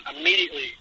immediately